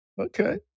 Okay